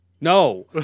No